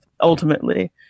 ultimately